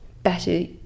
better